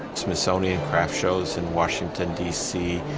smithsonian craft shows in washington, d c,